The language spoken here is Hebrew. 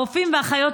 הרופאים והאחיות,